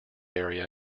area